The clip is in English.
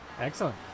Excellent